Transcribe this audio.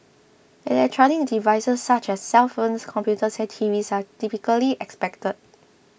electronic devices such as cellphones computers and TVs are typically expected